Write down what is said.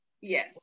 Yes